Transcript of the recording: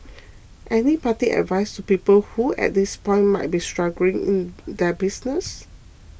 any parting advice to people who at this point might be struggling in their business